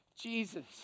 Jesus